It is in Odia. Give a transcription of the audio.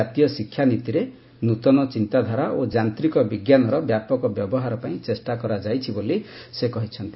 ଜାତୀୟ ଶିକ୍ଷାନୀତିରେ ନୂତନ ଚିନ୍ତାଧାରା ଓ ଯାନ୍ତ୍ରିକ ବିଜ୍ଞାନର ବ୍ୟାପକ ବ୍ୟବହାର ପାଇଁ ଚେଷ୍ଟା କରାଯାଇଛି ବୋଲି ସେ କହିଛନ୍ତି